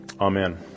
amen